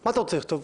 מה אתה רוצה לכתוב?